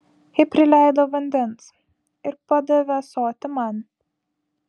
ji prileido vandens ir padavė ąsotį man